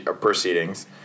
proceedings